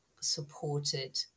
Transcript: supported